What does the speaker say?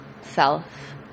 self